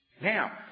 now